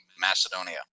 macedonia